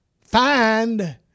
find